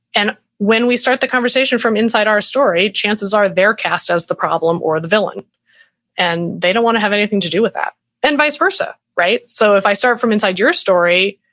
and when we start the conversation from inside our story, chances are they're cast as the problem or the villain and they don't want to have anything to do with that and vice versa. right? so if i start from inside your story,